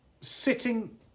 sitting